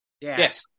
Yes